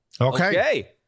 Okay